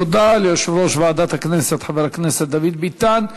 תודה ליושב-ראש ועדת הכנסת חבר הכנסת דוד ביטן.